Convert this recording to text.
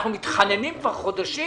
אנחנו מתחננים כבר חודשים.